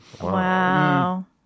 Wow